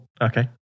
Okay